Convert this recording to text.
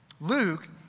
Luke